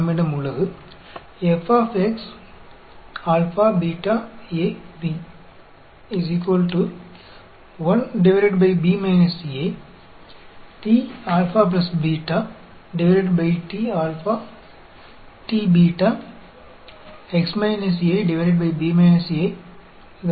நம்மிடம் உள்ளது